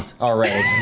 already